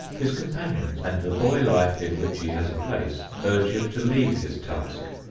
his companions and the boy life in which he has a place urge him to leave his task.